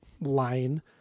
line